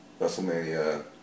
Wrestlemania